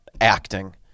acting